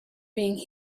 being